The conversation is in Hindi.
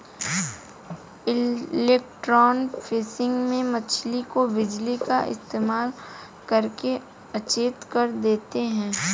इलेक्ट्रोफिशिंग में मछली को बिजली का इस्तेमाल करके अचेत कर देते हैं